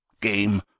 game